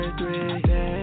three